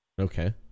Okay